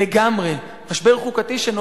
משבר חוקתי מיותר לגמרי,